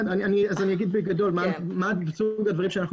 אני אומר בגדול מה סוג הדברים שבהם אנחנו